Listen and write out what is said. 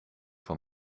van